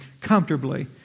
comfortably